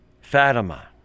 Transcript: Fatima